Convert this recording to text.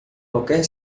qualquer